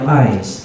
eyes